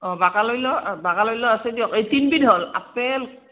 অঁ বাকাল ওলোৱা অঁ বাকল ওলোৱা আছে দিয়ক এই তিনিবিধ হ'ল আপেল